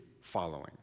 following